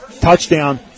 touchdown